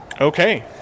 Okay